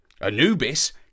Anubis